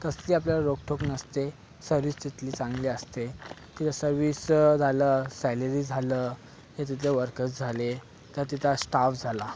कसली आपल्याला रोकठोक नसते सर्विस तिथली चांगली असते तिथे सर्विस झालं सॅलरी झालं हे तिथले वर्कर्स झाले तर तिथला स्टाफ झाला